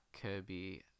Kirby